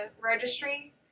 registry